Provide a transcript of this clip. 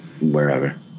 wherever